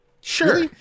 Sure